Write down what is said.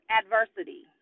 adversity